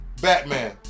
Batman